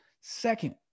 Second